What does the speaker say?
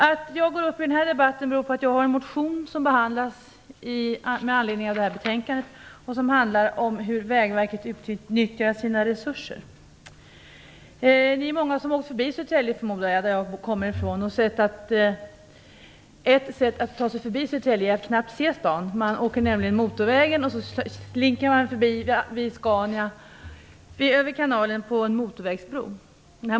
Att jag går upp i den här debatten beror på att jag har en motion som behandlas i detta betänkande, vilken handlar om hur Vägverket utnyttjar sina resurser. Jag förmodar att många av er har åkt igenom Södertälje, den stad som jag kommer ifrån, och då märkt att man knappt ser stan. Man åker nämligen motorvägen, slinker sedan förbi Scania och över kanalen på en motorvägsbro.